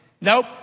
nope